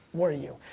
were you?